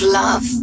love